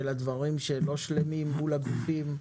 על הדברים שלא שלמים מול הגופים?